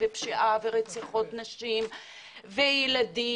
פשיעה ורצח נשים וילדים,